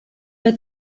bei